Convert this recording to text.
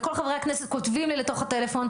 וכל חברי הכנסת כותבים לי לתוך הטלפון,